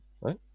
right